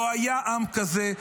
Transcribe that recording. לא היה עם כזה.